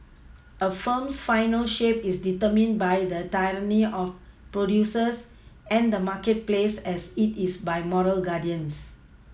a film's final shape is determined by the tyranny of producers and the marketplace as it is by moral guardians